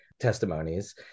testimonies